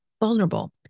vulnerable